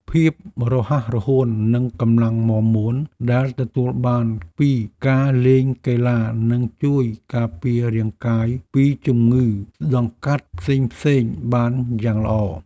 ភាពរហ័សរហួននិងកម្លាំងមាំមួនដែលទទួលបានពីការលេងកីឡានឹងជួយការពាររាងកាយពីជំងឺដង្កាត់ផ្សេងៗបានយ៉ាងល្អ។